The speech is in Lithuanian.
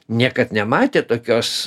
niekad nematė tokios